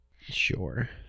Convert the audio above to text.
Sure